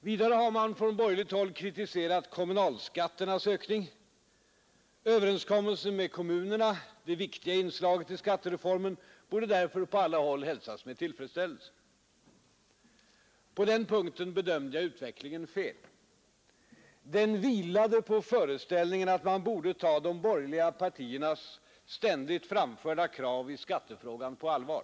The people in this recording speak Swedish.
Vidare har man från borgerligt håll kritiserat kommunalskatternas ökning. Överenskommelsen med kommunerna, det viktiga inslaget i skattereformen, borde därför på alla håll hälsas med tillfredsställelse. På den punkten bedömde jag utvecklingen fel. Min uppfattning vilade på föreställningen att man borde ta de borgerliga partiernas ständigt framförda krav i skattefrågan på allvar.